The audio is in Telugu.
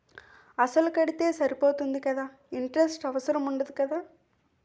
అసలు కడితే సరిపోతుంది కదా ఇంటరెస్ట్ అవసరం ఉండదు కదా?